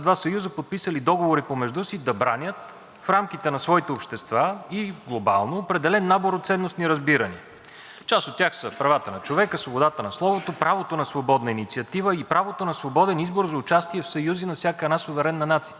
Част от тях са правата на човека, свободата на словото, правото на свободна инициатива и правото на свободен избор за участие в съюзи на всяка една суверенна нация. Тези ценности трябва да бъдат бранени както във времена на мир и благоденствие, така и в тежки времена.